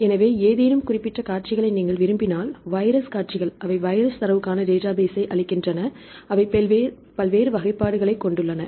எனவே ஏதேனும் குறிப்பிட்ட காட்சிகளை நீங்கள் விரும்பினால் வைரஸ் காட்சிகள் அவை வைரஸ் தரவுக்கான டேட்டாபேஸ்ஐ அளிக்கின்றன அவை பல்வேறு வகைப்பாடுகளைக் கொண்டுள்ளன